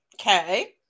Okay